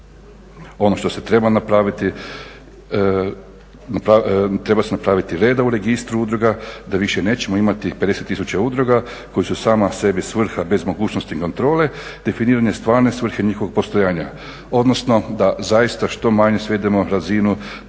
Ono što se treba napraviti, treba se napraviti reda u Registru udruga da više nećemo imati tih 50 tisuća udruga koje su same sebi svrha bez mogućnosti kontrole. Definiranje stvarne svrhe njihovog postojanja, odnosno da zaista što manje svedemo razinu